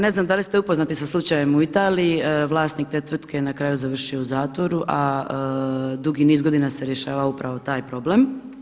Ne znam da li ste upoznati sa slučajem u Italiji, vlasnik te tvrtke je na kraju završio u zatvoru, a dugi niz godina se rješava upravo taj problem.